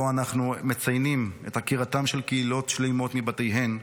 שבו אנחנו מציינים את עקירתן של קהילות שלמות מבתיהן,